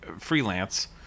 freelance